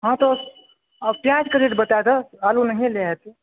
हँ तऽ प्याजके रेट बता दहक आलू नहिए लए हेतै